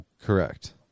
Correct